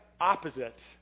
opposite